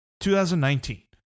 2019